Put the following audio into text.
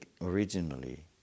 originally